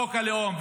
חוק הלאום,